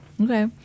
Okay